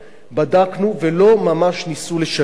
בדקנו ולא ממש ניסו לשלב אותם.